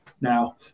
Now